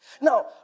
now